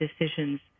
decisions